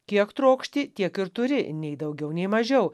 kiek trokšti tiek ir turi nei daugiau nei mažiau